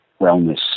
wellness